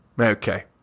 Okay